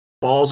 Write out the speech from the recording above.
balls